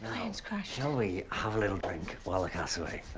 crashed. shall we have a little drink while the cat's away?